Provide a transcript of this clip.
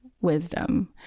wisdom